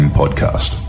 podcast